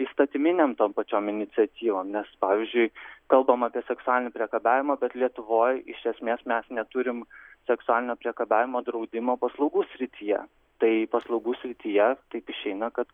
įstatyminėm tom pačiom iniciatyvom nes pavyzdžiui kalbam apie seksualinį priekabiavimą bet lietuvoj iš esmės mes neturim seksualinio priekabiavimo draudimo paslaugų srityje tai paslaugų srityje taip išeina kad